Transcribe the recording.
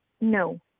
No